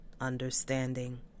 understanding